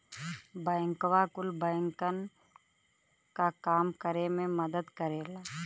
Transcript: बैंकवा कुल बैंकन क काम करे मे मदद करेला